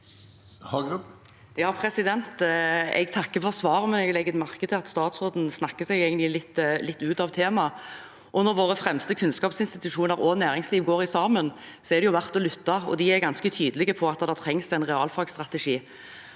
(H) Jeg takker for sva- ret, men jeg legger merke til at statsråden snakker seg egentlig litt ut av temaet. Når våre fremste kunnskapsinstitusjoner og næringsliv går sammen, er det verdt å lytte, og de er ganske tydelige på at det trengs en realfagsstrategi.